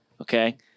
okay